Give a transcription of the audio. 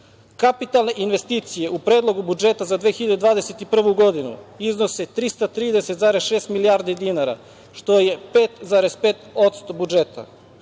1,5%.Kapitalne investicije u Predlogu budžeta za 2021. godinu iznose 330,6 milijardi dinara što je 5,5% budžeta.